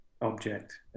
object